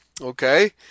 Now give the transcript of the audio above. Okay